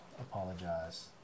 apologize